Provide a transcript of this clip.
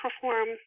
perform